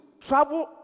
travel